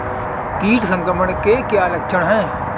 कीट संक्रमण के क्या क्या लक्षण हैं?